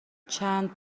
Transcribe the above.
چند